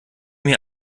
mir